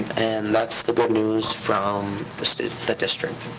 and that's the good news from the the district.